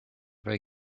they